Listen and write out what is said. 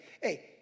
Hey